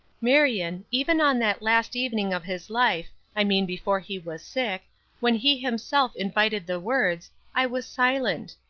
marion, even on that last evening of his life i mean before he was sick when he himself invited the words, i was silent.